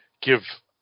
give